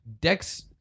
Dex